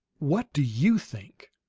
what do you think?